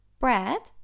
bread